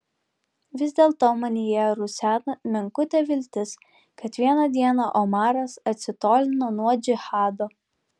vis dėlto manyje ruseno menkutė viltis kad vieną dieną omaras atsitolino nuo džihado